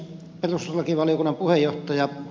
perustuslakivaliokunnan puheenjohtaja ed